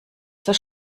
zur